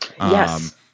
Yes